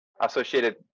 associated